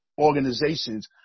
organizations